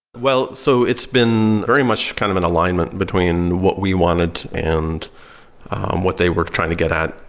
well, so it's been very much kind of an alignment between what we wanted and what they were trying to get at.